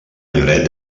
lloret